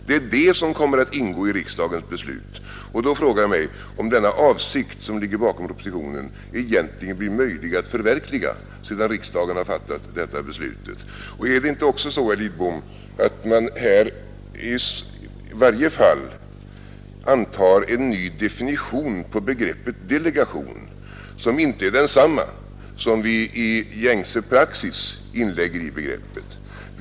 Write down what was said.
Det är detta som kommer att ingå i riksdagens beslut, och då frågar jag mig om den avsikt som ligger bakom propositionen egentligen blir möjlig att förverkliga, sedan riksdagen fattat detta beslut. Är det inte också så, herr Lidbom, att man i varje fall antar en ny definition av begreppet delegation, som inte är densamma som vi i gängse praxis inlägger i begreppet?